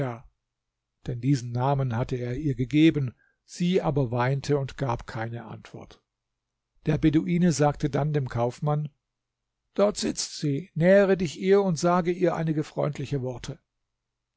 denn diesen namen hatte er ihr gegeben sie aber weinte und gab keine antwort der beduine sagte dann dem kaufmann dort sitzt sie nähere dich ihr und sage ihr einige freundliche worte